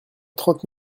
trente